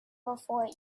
before